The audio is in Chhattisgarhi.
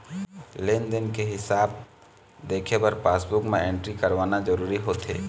लेन देन के हिसाब देखे बर पासबूक म एंटरी करवाना जरूरी होथे